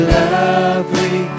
lovely